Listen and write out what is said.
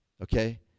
okay